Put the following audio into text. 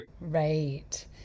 Right